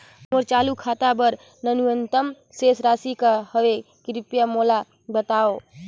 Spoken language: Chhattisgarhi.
मोर चालू खाता बर न्यूनतम शेष राशि का हवे, कृपया मोला बतावव